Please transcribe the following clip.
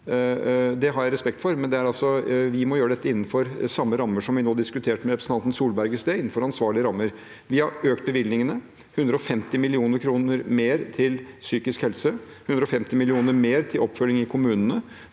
Det har jeg respekt for, men vi må gjøre dette innenfor samme rammer som vi diskuterte med representanten Solberg i sted: innenfor ansvarlige rammer. Vi har økt bevilgningene: 150 mill. kr mer til psykisk helse, 150 mill. kr mer til oppfølging i kommunene.